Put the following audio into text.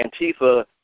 Antifa